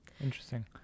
interesting